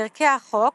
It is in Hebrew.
פרקי החוק